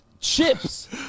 Chips